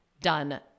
done